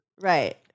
Right